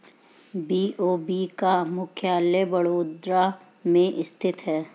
BOB का मुख्यालय बड़ोदरा में स्थित है